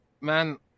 man